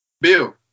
Bill